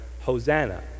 Hosanna